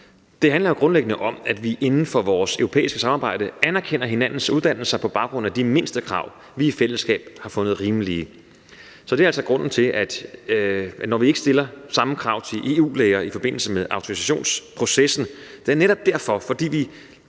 Det handler jo grundlæggende om, at vi inden for vores europæiske samarbejde anerkender hinandens uddannelser på baggrund af de mindstekrav, vi i fællesskab har fundet rimelige. Så når vi ikke stiller samme krav til EU-læger i autorisationsprocessen, er det netop, fordi vi